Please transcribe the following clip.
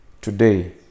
today